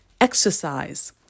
Exercise